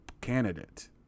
candidate